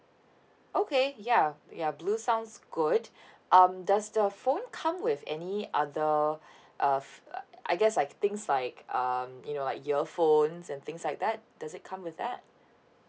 okay ya ya blue sounds good um does the phone come with any other uh f~ uh I guess like things like um you know like earphones and things like that does it come with that